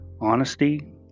honesty